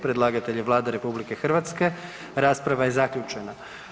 Predlagatelj je Vlada RH, rasprava je zaključena.